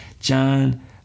John